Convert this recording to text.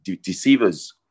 deceivers